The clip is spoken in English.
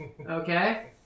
Okay